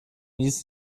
nic